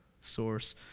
source